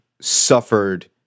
suffered